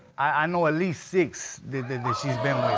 i know at least six that she's been